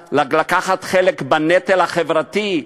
גם לקחת חלק בנטל החברתי,